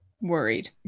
worried